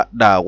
da